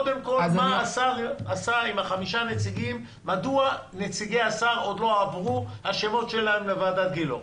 מדוע השמות של נציגי השר עוד לא עברו לוועדת גילאור?